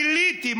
גיליתי,